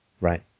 right